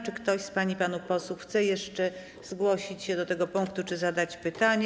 Czy ktoś z pań i panów posłów chce jeszcze zgłosić się do tego punktu czy zadać pytanie?